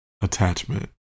attachment